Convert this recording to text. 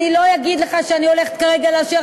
אני לא אגיד לך שאני הולכת כרגע לאשר